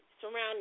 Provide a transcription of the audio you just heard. Surrounding